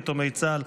יתומי צה"ל),